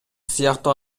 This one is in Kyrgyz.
сыяктуу